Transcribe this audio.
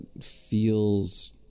feels